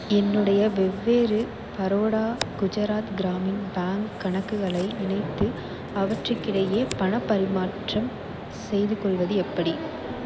என்னுடைய வெவ்வேறு பரோடா குஜராத் கிராமின் பேங்க் கணக்குகளை இணைத்து அவற்றுக்கிடையே பணப்பரிமாற்றம் செய்துக்கொள்வது எப்படி